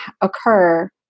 occur